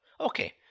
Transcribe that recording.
okay